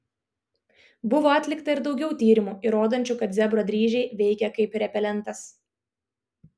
buvo atlikta ir daugiau tyrimų įrodančių kad zebro dryžiai veikia kaip repelentas